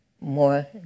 more